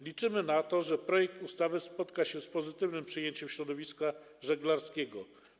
Liczymy na to, że projekt ustawy spotka się z pozytywnym przyjęciem środowiska żeglarskiego.